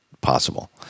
possible